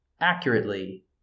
accurately